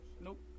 nope